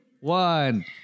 one